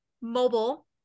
mobile